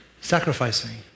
sacrificing